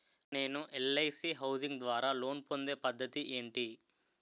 నేను LIC housing ద్వారా loan పొందే పద్ధతి ఏంటి?